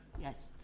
Yes